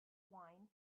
wine